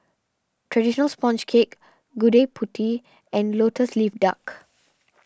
Traditional Sponge Cake Gudeg Putih and Lotus Leaf Luck